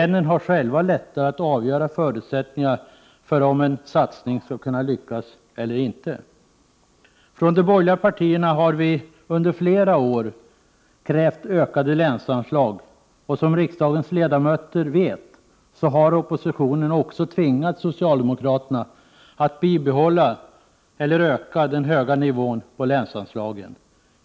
Länen har själva lättare att avgöra förutsättningarna för om en satsning skall kunna lyckas eller ej. Från de borgerliga partierna har vi under flera år krävt ökade länsanslag. Som riksdagens ledamöter vet, har oppositionen också tvingat socialdemokraterna att bibehålla eller öka den höga nivån på länsanslagen.